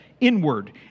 inward